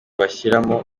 bashyiramo